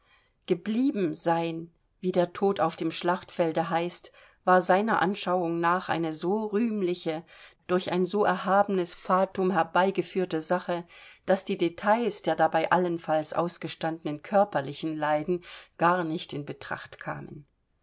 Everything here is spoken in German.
geblieben sein wie der tod auf dem schlachtfelde heißt war seiner anschauung nach eine so rühmliche durch ein so erhabenes fatum herbeigeführte sache daß die details der dabei allenfalls ausgestandenen körperlichen leiden garnicht in betracht kamen